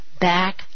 back